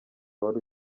wari